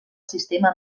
sistema